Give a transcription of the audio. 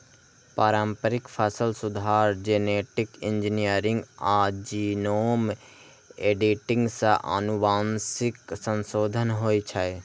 पारंपरिक फसल सुधार, जेनेटिक इंजीनियरिंग आ जीनोम एडिटिंग सं आनुवंशिक संशोधन होइ छै